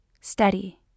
Steady